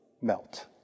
melt